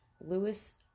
lewis